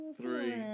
three